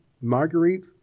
Marguerite